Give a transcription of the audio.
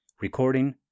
Recording